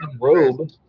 robe